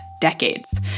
decades